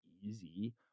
easy